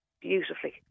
beautifully